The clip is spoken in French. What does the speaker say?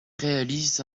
réalise